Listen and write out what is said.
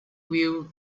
wheel